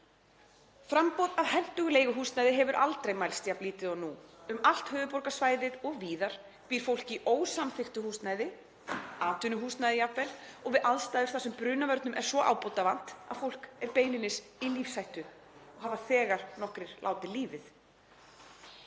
Framboð af hentugu leiguhúsnæði hefur aldrei mælst jafn lítið og nú. Um allt höfuðborgarsvæðið og víðar býr fólk í ósamþykktu húsnæði, atvinnuhúsnæði jafnvel, og við aðstæður þar sem brunavörnum er svo ábótavant að fólk er beinlínis í lífshættu og hafa nokkrir þegar látið lífið.